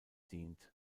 dient